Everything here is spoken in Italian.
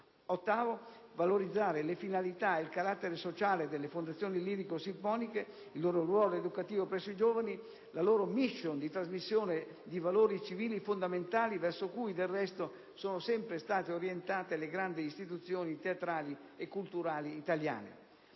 privata; valorizzare le finalità e il carattere sociale delle fondazioni lirico-sinfoniche, il loro ruolo educativo presso i giovani, la loro *mission* di trasmissione di valori civili fondamentali verso cui, del resto, sono sempre state orientale le grandi istituzioni teatrali e culturali italiane.